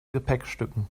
gepäckstücken